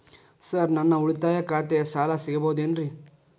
Sir ನನ್ನ ಉಳಿತಾಯ ಖಾತೆಯ ಸಾಲ ಸಿಗಬಹುದೇನ್ರಿ?